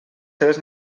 seves